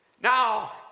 Now